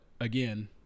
again